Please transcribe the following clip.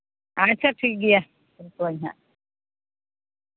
ᱟᱪᱪᱷᱟ ᱴᱷᱤᱠᱜᱮᱭᱟ ᱫᱚᱦᱚ ᱠᱚᱣᱟᱹᱧ ᱦᱟᱸᱜ